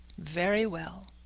very well.